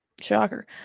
Shocker